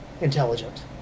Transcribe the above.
intelligent